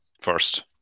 first